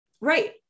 Right